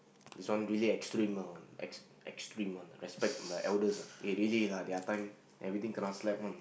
this one really extreme lah extreme extreme one lah respect the elders eh really lah their time everything kena slap one